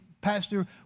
pastor